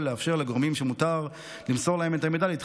לאפשר לגורמים שמותר למסור להם את המידע,